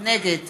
נגד